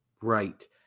Right